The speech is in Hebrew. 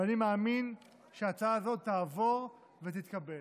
ואני מאמין שההצעה הזאת תעבור ותתקבל.